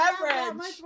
beverage